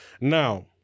Now